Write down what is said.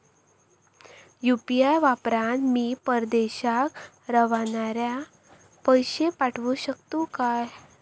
UPI वापरान मी परदेशाक रव्हनाऱ्याक पैशे पाठवु शकतय काय?